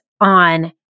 on